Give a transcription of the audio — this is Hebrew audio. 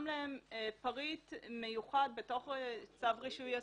להם פריט מיוחד בתוך צו רישוי עסקים.